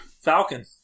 Falcon